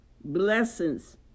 blessings